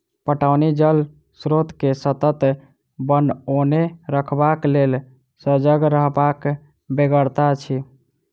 पटौनी जल स्रोत के सतत बनओने रखबाक लेल सजग रहबाक बेगरता अछि